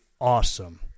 Awesome